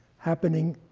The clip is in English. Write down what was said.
happening